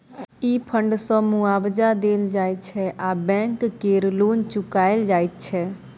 ई fund सँ मुआबजा देल जाइ छै आ बैंक केर लोन चुकाएल जाइत छै